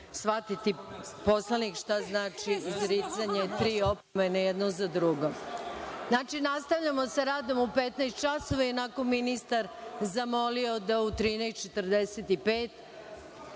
shvatiti poslanik šta znači izricanje tri opomene jednu za drugom. Znači, nastavljamo sa radom u 15 časova. Ionako me je ministar zamolio da u 13.45